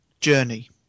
Journey